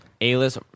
A-list